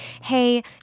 hey